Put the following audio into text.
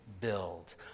build